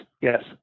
Yes